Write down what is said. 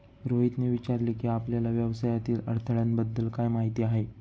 रोहितने विचारले की, आपल्याला व्यवसायातील अडथळ्यांबद्दल काय माहित आहे?